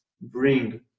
bring